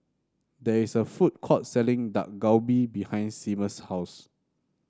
there is a food court selling Dak Galbi behind Seamus' house